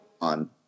on